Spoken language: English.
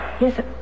Yes